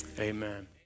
Amen